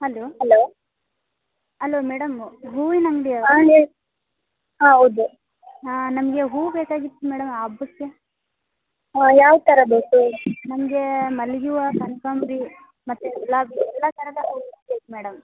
hello hello hello madam ಹೂವಿನ ಅಂಗಡಿಯವರ ಹಾಂ ಹೇಳಿ ಹಾಂ ಹೌದು ಹಾಂ ನಮಗೆ ಹೂ ಬೇಕಾಗಿತ್ತು ಮೇಡಮ್ ಹಬ್ಬಕ್ಕೆ ಹಾಂ ಯಾವ ಥರ ಬೇಕು ನಮಗೆ ಮಲ್ಲಿಗೆ ಹೂವು ಕನ್ಕಾಂಬ್ರ ಮತ್ತು ಗುಲಾಬಿ ಎಲ್ಲ ಥರದ ಹೂ ಬೇಕು ಮೇಡಮ್